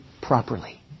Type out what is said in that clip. properly